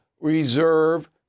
reserve